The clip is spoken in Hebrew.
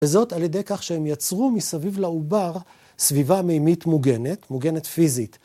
וזאת על ידי כך שהם יצרו מסביב לעובר סביבה מימית מוגנת, מוגנת פיזית.